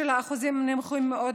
שם האחוזים נמוכים מאוד.